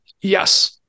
Yes